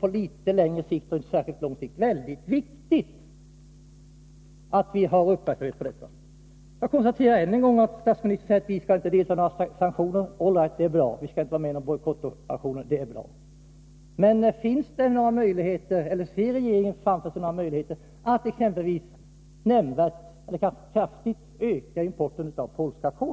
På litet längre sikt — inte särskilt lång sikt — är det mycket viktigt att vi har uppmärksamheten på detta. Jag konstaterar än en gång att statsministern säger att vi inte skall delta i några sanktioner. All right, det är bra att vi inte skall vara med i några bojkottaktioner. Men ser regeringen framför sig några möjligheter att exempelvis nämnvärt eller kraftigt öka importen av polskt kol?